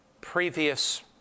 previous